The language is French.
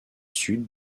sud